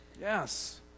Yes